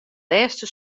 lêste